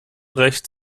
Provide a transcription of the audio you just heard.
recht